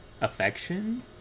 affection